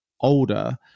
older